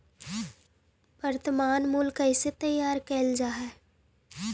वर्तनमान मूल्य कइसे तैयार कैल जा हइ?